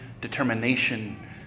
determination